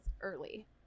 early